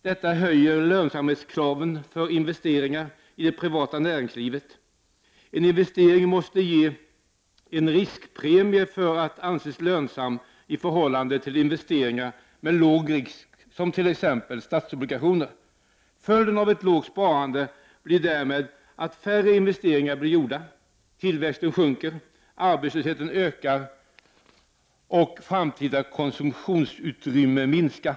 Detta höjer lönsamhetskraven för investeringar i det privata näringslivet. En investering måste ge en riskpremie för att anses lönsam i förhållande till investeringar med låg risk, t.ex. statsobligationer. Följden av för lågt sparande blir därmed att färre investeringar blir gjorda, tillväxten sjunker, arbetslösheten ökar, och framtida konsumtionsutrymme minskar.